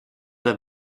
der